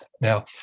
Now